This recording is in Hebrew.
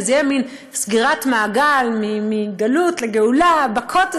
וזו תהיה מין סגירת מעגל: מגלות לגאולה בכותל.